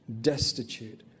destitute